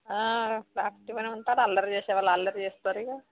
యాక్టివ్గనే ఉంటారు అల్లరి చేసే వాళ్ళు అల్లరి చేస్తారిక